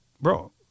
bro